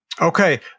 Okay